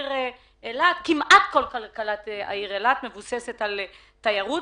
כמעט כל כלכלת העיר אילת מבוססת על תיירות,